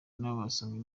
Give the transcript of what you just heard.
n’abasomyi